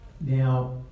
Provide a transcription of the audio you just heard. Now